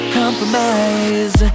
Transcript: compromise